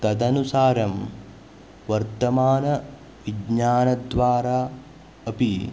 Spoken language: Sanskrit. तदनुसारं वर्तमानविज्ञानद्वारा अपि